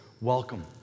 welcome